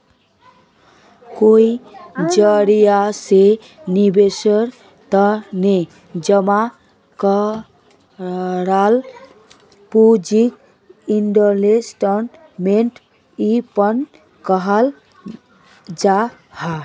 कई जरिया से निवेशेर तने जमा कराल पूंजीक इन्वेस्टमेंट फण्ड कहाल जाहां